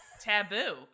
taboo